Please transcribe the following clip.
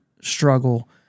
struggle